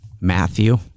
Matthew